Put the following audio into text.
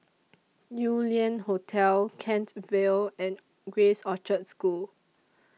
Yew Lian Hotel Kent Vale and Grace Orchard School